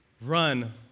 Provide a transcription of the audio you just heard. run